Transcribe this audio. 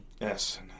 Yes